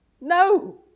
No